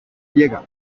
llega